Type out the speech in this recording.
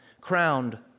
crowned